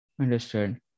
understood